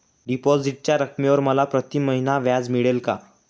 डिपॉझिटच्या रकमेवर मला प्रतिमहिना व्याज मिळेल का?